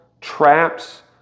traps